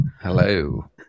Hello